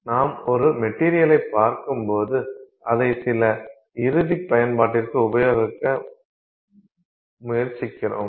நாம் ஒரு மெட்டீரியலைப் பார்க்கும்போது அதை சில இறுதிப் பயன்பாட்டிற்கு உபயோகபடுத்த முயற்சிக்கிறோம்